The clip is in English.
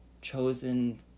chosen